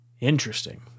Interesting